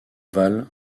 val